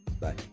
Bye